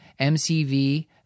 MCV